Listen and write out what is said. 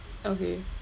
okay